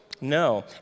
No